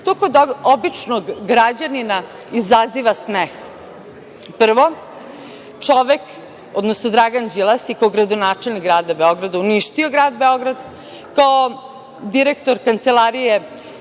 kod običnog građanina izaziva smeh. Prvo, čovek, odnosno Dragan Đilas i kao gradonačelnik grada Beograda uništio je grad Beograd, kao direktor Kancelarije